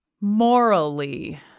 morally